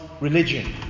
religion